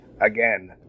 again